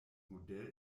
modell